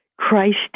Christ